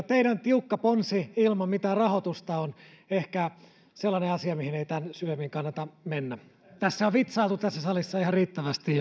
teidän tiukka ponsi ilman mitään rahoitusta on ehkä sellainen asia mihin ei tämän syvemmin kannata mennä tässä salissa on vitsailtu jo ihan riittävästi